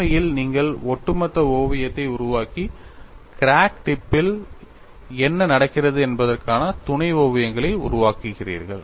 உண்மையில் நீங்கள் ஒட்டு மொத்த ஓவியத்தை உருவாக்கி கிராக் டிப்பில் என்ன நடக்கிறது என்பதற்கான துணை ஓவியங்களை உருவாக்குகிறீர்கள்